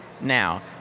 now